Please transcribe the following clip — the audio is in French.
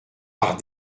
par